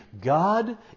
God